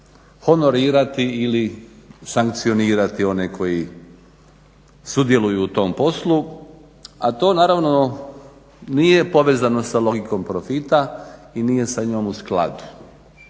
honorirati ili sankcionirati one koji sudjeluju u ovom poslu, a to naravno nije povezano sa logikom profita i nije sa njom u skladu.